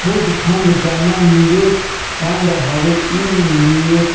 hedge fund जमा निवेश fund हवे इ निवेश